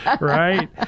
Right